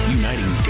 uniting